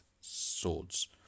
swords